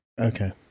Okay